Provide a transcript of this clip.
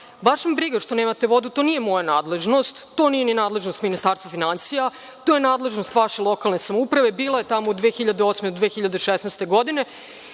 baš me briga što nemate vodu, to nije moja nadležnost, to nije ni nadležnost Ministarstva finansija, to je nadležnost vaše lokalne samouprave, bilo je tamo od 2008. do 2016. godine,